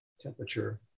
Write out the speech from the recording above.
temperature